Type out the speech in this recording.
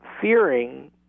fearing